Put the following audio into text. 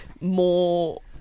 more